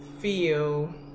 Feel